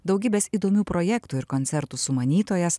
daugybės įdomių projektų ir koncertų sumanytojas